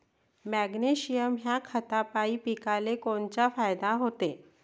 Magnesium ह्या खतापायी पिकाले कोनचा फायदा होते?